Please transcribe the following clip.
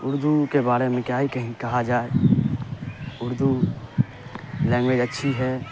اردو کے بارے میں کیا ہی کہا جائے اردو لینگویج اچھی ہے